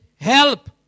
help